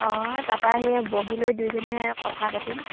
অঁ তাপা সেই বহি লৈ দুইজনীয়ে কথা পাতিম